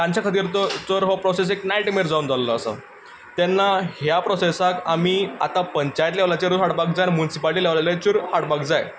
तांचे खातीर तर हो प्रोसेस एक नायटमेअर जाल्लो आसा तेन्ना ह्या प्रोसेसाक आमी आतां पंचायत लेव्हलाचेरूय हाडपार जाय आनी म्युनिसिपलिटी लेव्हलाचेरूय हाडपाक जाय